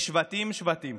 לשבטים-שבטים.